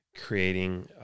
creating